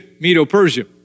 Medo-Persia